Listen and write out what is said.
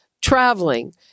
traveling